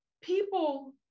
People